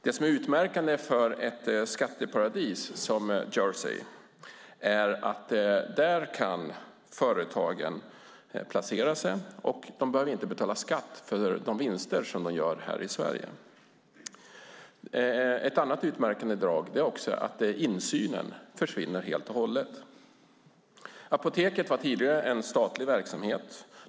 Det utmärkande för ett skatteparadis som Jersey är att företagen kan placera sig där och då inte behöver betala skatt för de vinster som de gör här i Sverige. Ett annat utmärkande drag är också att insynen försvinner helt och hållet. Apoteken var tidigare en statlig verksamhet.